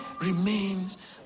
remains